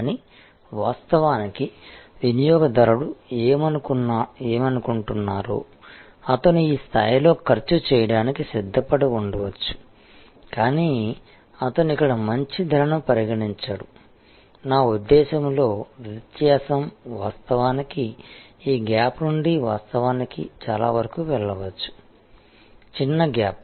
కానీ వాస్తవానికి వినియోగదారుడు ఏమనుకుంటున్నారో అతను ఈ స్థాయిలో ఖర్చు చేయడానికి సిద్ధపడి ఉండవచ్చు కానీ అతను ఇక్కడ మంచి ధరను పరిగణించడు నా ఉద్దేశంలో వ్యత్యాసం వాస్తవానికి ఈ గ్యాప్ నుండి వాస్తవానికి చాలా వరకు వెళ్ళవచ్చు చిన్న గ్యాప్